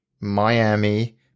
Miami